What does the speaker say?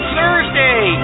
Thursday